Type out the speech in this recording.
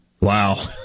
Wow